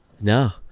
No